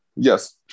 Yes